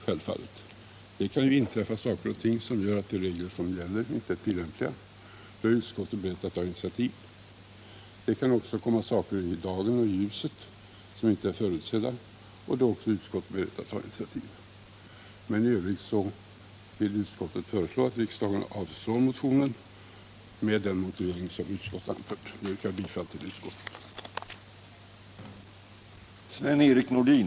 Saker och ting kan inträffa som gör att de regler som gäller inte är bra. Då är utskottet berett att ta initiativ. Men i övrigt vill utskottet föreslå att riksdagen avslår motionen med den motivering som utskottet har anfört. Herr talman! Jag yrkar bifall till utskottets hemställan.